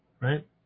right